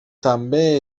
també